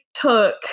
took